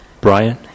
Brian